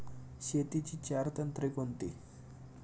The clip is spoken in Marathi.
शेतीची चार तंत्रे कोणती?